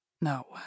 No